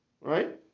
right